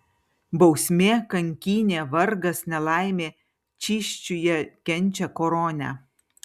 bausmė kankynė vargas nelaimė čysčiuje kenčia koronę